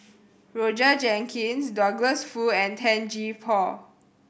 Roger Jenkins Douglas Foo and Tan Gee Paw